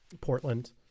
Portland